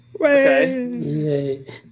Okay